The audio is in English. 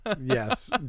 yes